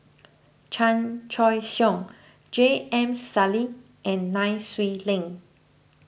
Chan Choy Siong J M Sali and Nai Swee Leng